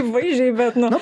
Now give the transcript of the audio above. vaizdžiai bet nu